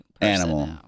Animal